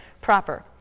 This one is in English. proper